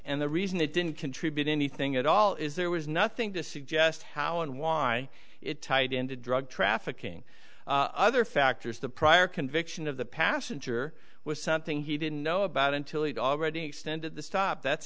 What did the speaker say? and the reason it didn't contribute anything at all is there was nothing to suggest how and why it tied into drug trafficking other factors the prior conviction of the passenger was something he didn't know about until he'd already extended the stop that's